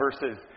verses